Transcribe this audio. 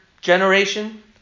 generation